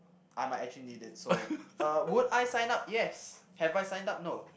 I might actually need it so uh would I sign up yes have I signed up no